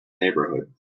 neighborhood